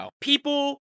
people